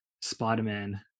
Spider-Man